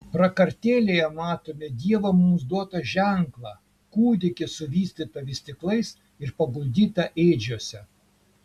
prakartėlėje matome dievo mums duotą ženklą kūdikį suvystytą vystyklais ir paguldytą ėdžiose